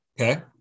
Okay